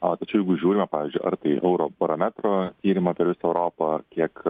o tačiau jeigu žiūrime pavyzdžiui ar tai eurobarometro tyrimą per visą europą kiek